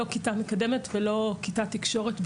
לא כיתה מקדמת ולא כיתת תקשורת,